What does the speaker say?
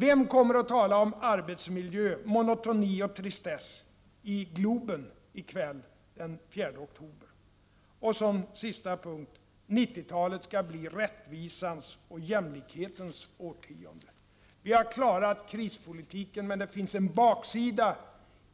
Vem kommer att tala om arbetsmiljö, monotoni och tristess i Globen i kväll den 4 oktober? Som sista punkt: 90-talet skall bli rättvisans och jämlikhetens årtionde. Vi har klarat krispolitiken, men det finns en baksida